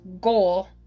goal